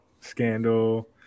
scandal